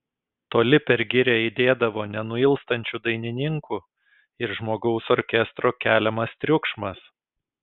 toli per girią aidėdavo nenuilstančių dainininkų ir žmogaus orkestro keliamas triukšmas